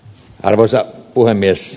arvoisa puhemies